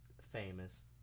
famous